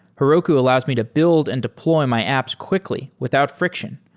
heroku allows me to build and deploy my apps quickly without friction.